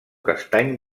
castany